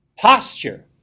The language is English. posture